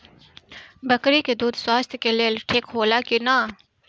बकरी के दूध स्वास्थ्य के लेल ठीक होला कि ना?